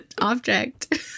object